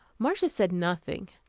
marcia said nothing.